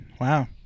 Wow